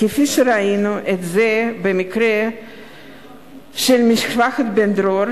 כפי שראינו את זה במקרה של משפחת בן-דרור.